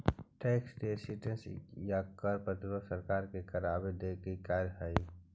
tax resistance या कर प्रतिरोध सरकार के करवा देवे के एक कार्य हई